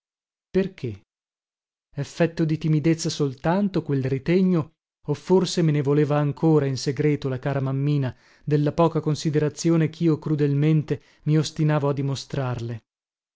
effetto di timidezza soltanto quel ritegno o forse me ne voleva ancora in segreto la cara mammina della poca considerazione chio crudelmente mi ostinavo a dimostrarle